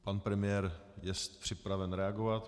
Pan premiér je připraven reagovat.